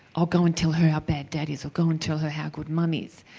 oh go and tell her how bad dad is, or go and tell her how good mum is.